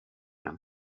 hem